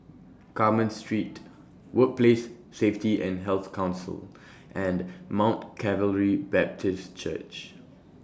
Carmen Street Workplace Safety and Health Council and Mount Calvary Baptist Church